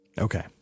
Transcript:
Okay